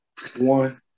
One